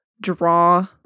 draw